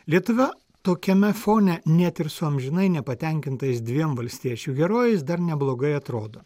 lietuva tokiame fone net ir su amžinai nepatenkintais dviem valstiečių herojais dar neblogai atrodo